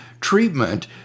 treatment